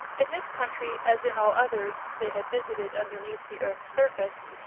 in this country, as in all others they had visited underneath the earth's surface,